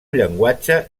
llenguatge